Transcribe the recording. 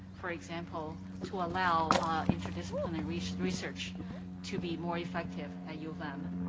for example, to allow interdisciplinary research research to be more effective at u of m,